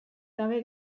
gabe